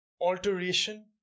alteration